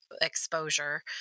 exposure